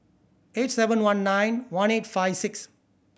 eight seven one nine one eight five six